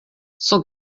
cent